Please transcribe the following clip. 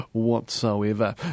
whatsoever